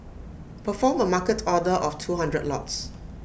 perform A market order of two hundred lots